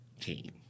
team